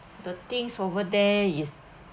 the things over there is